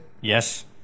Yes